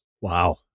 Wow